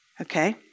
okay